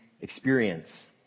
experience